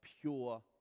pure